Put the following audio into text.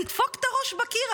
לדפוק את הראש בקיר,